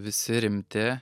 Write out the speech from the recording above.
visi rimti